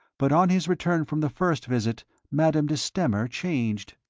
but on his return from the first visit madame de stamer changed.